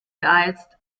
beeilst